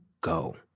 go